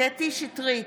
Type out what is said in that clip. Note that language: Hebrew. קטי קטרין שטרית,